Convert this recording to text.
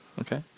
Okay